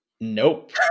Nope